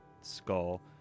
skull